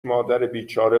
مادربیچاره